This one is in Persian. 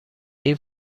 این